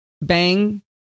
bang